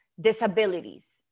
disabilities